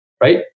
right